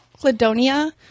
Cladonia